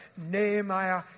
Nehemiah